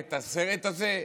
את הסרט הזה?